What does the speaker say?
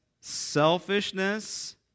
selfishness